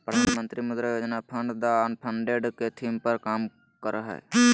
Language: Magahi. प्रधानमंत्री Mudra Yojana fund the unfunded के थीम पर काम करय हइ